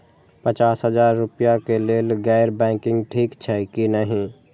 पचास हजार रुपए के लेल गैर बैंकिंग ठिक छै कि नहिं?